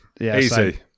Easy